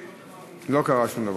נחכה, לא קרה שום דבר.